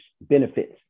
benefits